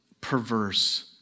perverse